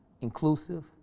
inclusive